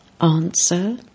Answer